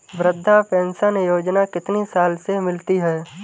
वृद्धा पेंशन योजना कितनी साल से मिलती है?